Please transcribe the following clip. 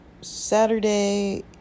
Saturday